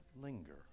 linger